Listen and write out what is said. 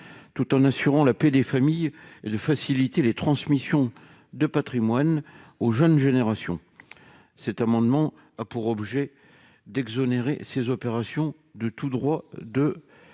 tout en assurant la paix des familles, et de faciliter les transmissions de patrimoine aux jeunes générations. Il tend ainsi à exonérer ces opérations de tout droit de